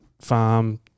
farm